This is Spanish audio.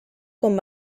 con